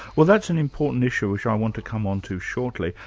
well that's an important issue which i want to come on to shortly.